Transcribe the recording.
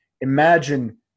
imagine